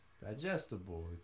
digestible